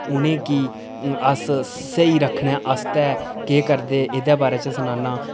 उ'नेंगी अस स्हेई रक्खने आस्तै केह् करदे इदे बारे च सनान्नां